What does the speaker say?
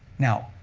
now,